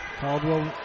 Caldwell